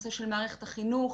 בנושא של מערכת החינוך,